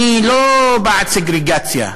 אני לא בעד סגרגציה,